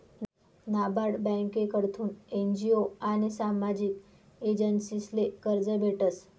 नाबार्ड ब्यांककडथून एन.जी.ओ आनी सामाजिक एजन्सीसले कर्ज भेटस